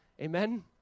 Amen